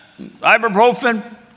Ibuprofen